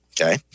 Okay